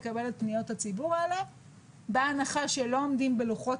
לקבל את פניות הציבור האלה בהנחה שלא עומדים בלוחות